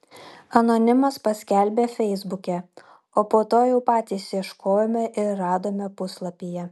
anonimas paskelbė feisbuke o po to jau patys ieškojome ir radome puslapyje